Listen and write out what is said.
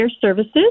Services